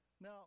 now